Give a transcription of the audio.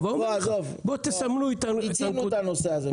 בואו תסמנו את הנקודה --- מיצינו את הנושא הזה.